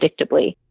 predictably